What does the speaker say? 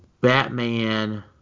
Batman